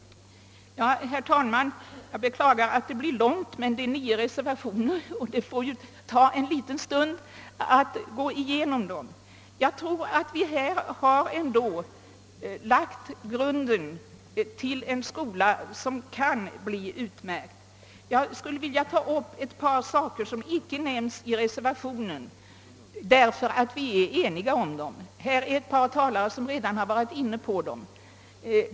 Herr talman! Jag beklagar att det tar lång tid men det är många reservationer och det måste ju ta en liten stund att gå igenom dem. Härmed lägger vi nog ändå grunden till en skola som kan bli utmärkt. Jag skulle vilja ta upp ett par saker som inte nämns i någon reservation därför att vi är eniga. Några talare har redan varit inne på dem.